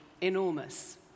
enormous